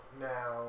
now